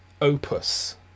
opus